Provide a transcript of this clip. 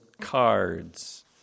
cards